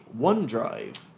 OneDrive